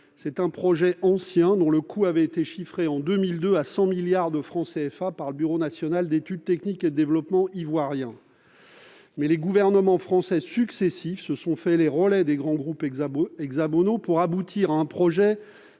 C'est un projet ancien, dont le coût avait été chiffré, en 2002, à 100 milliards de francs CFA par le Bureau national d'études techniques et de développement, le BNETD, de Côte d'Ivoire. Mais les gouvernements français successifs se sont fait les relais des grands groupes hexagonaux pour aboutir à un projet